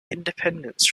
independence